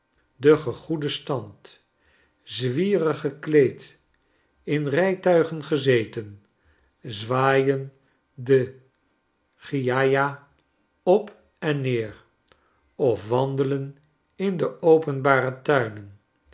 de gegoede stand zwierig gekleed in rijtuigen gezeten zwaaien de chiaja op enneer of wandelen in de openbare tuinen